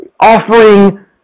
offering